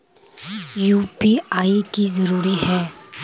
UPI की जरूरी है?